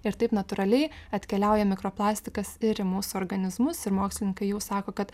ir taip natūraliai atkeliauja mikroplastikas ir į mūsų organizmus ir mokslininkai jau sako kad